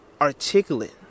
articulate